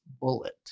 bullet